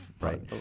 Right